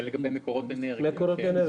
זה לגבי מקורות אנרגיה.